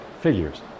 figures